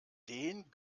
den